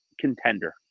contender